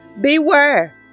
beware